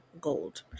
gold